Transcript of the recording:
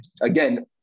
again